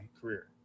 career